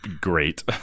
Great